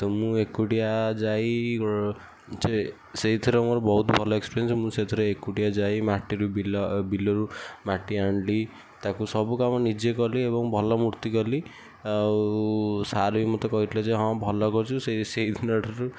ତ ମୁଁ ଏକୁଟିଆ ଯାଇ ଯେ ସେଇଥିରେ ମୋର ବହୁତ ଭଲ ଏକ୍ସପେରିଏନ୍ସ ମୁଁ ସେଇଥିରେ ଏକୁଟିଆ ଯାଇ ମାଟିରୁ ବିଲ ଏ ବିଲରୁ ମାଟି ଆଣିଲି ତାକୁ ସବୁ କାମ ନିଜେ କଲି ଏବଂ ଭଲ ମୂର୍ତ୍ତି କଲି ଆଉ ସାର୍ ବି ମତେ କହିଥିଲେ କି ହଁ ଭଲ କରିଛୁ ସେଇ ଦିନଠାରୁ